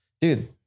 Dude